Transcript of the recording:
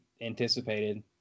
anticipated